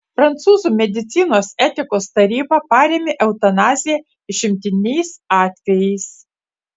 prancūzų medicinos etikos taryba parėmė eutanaziją išimtiniais atvejais